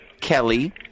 Kelly